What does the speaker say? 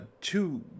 two